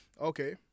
Okay